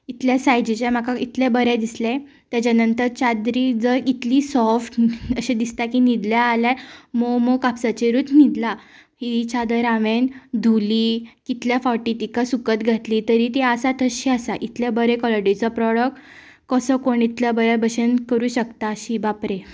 इतल्या सायझीचें म्हाका इतलें बरें दिसलें ताच्या नंतर चादरी जर इतली सोफ्ट अशें दिसता की न्हिदलें जाल्यार मोव मोव कापसाचेरूच न्हिदलां ही चादर हांवें धुली कितल्या फावटी तिका सुकत घाली तरी ती आसा तशी आसा इतल्या बरे कॉलिटीचो प्रोडक्ट कसो कोण इतल्या बऱ्या भशेन करूंक शकता शी बाप रे